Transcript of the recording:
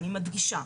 אני מדגישה.